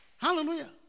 Hallelujah